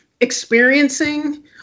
experiencing